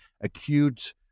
acute